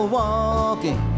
walking